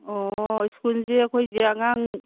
ꯑꯣ ꯁ꯭ꯀꯨꯜꯁꯦ ꯑꯩꯈꯣꯏꯁꯦ ꯑꯉꯥꯡ